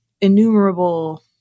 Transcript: innumerable